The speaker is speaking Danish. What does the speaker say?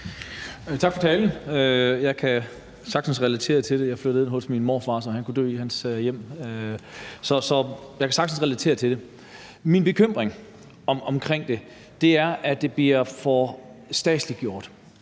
omkring det er, at det bliver for statsliggjort,